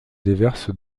déverse